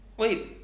Wait